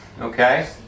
Okay